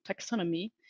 taxonomy